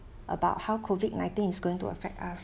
about how COVID nineteen is going to affect us